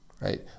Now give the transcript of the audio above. right